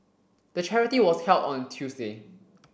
the charity was held on a Tuesday